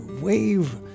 wave